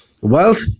Wealth